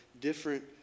different